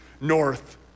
north